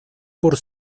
por